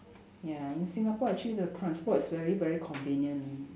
ya in Singapore actually the transport is very very convenient